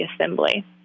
assembly